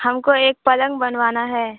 ہم کو ایک پلنگ بنوانا ہے